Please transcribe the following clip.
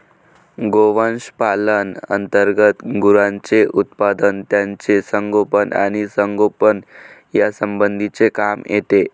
गोवंश पालना अंतर्गत गुरांचे उत्पादन, त्यांचे संगोपन आणि संगोपन यासंबंधीचे काम येते